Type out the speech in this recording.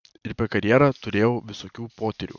ir per karjerą turėjau visokių potyrių